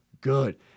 good